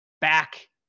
back